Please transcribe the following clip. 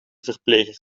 verpleger